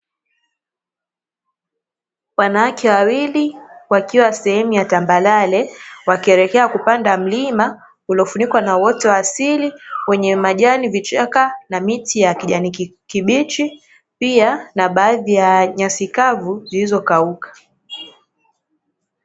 Wanawake wawili wakiwa sehemu ya tambarare wakielekea kupanda mlima uliyofunikwa na uoto wa asili wenye majani, vichana na miti ya kijani kibichi pia na baadhi ya nyasi kavu zilizo kauka.